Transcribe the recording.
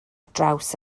draws